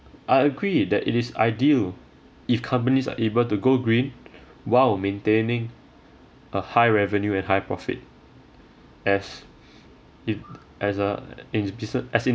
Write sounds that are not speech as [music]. I agree that it is ideal if companies are able to go green while maintaining a high revenue at high profit as [breath] it as a is a business as in